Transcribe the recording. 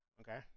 Okay